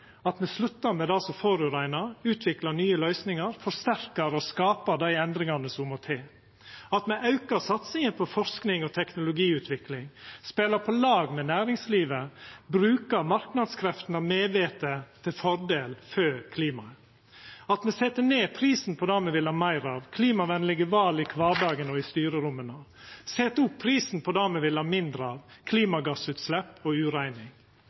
at me sluttar med det som forureinar, utviklar nye løysingar og forsterkar og skapar dei endringane som må til at me aukar satsinga på forsking og teknologiutvikling, spelar på lag med næringslivet og brukar marknadskreftene medvite til fordel for klimaet at me set ned prisen på det me vil ha meir av: klimavenlege val i kvardagen og i styreromma at me set opp prisen på det me vil ha mindre av: klimagassutslepp og ureining